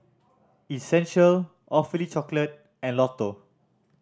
Essential Awfully Chocolate and Lotto